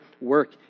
work